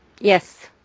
Yes